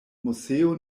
moseo